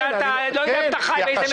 אתה לא יודע איפה אתה חי, באיזו מדינה.